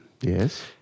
Yes